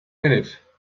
minute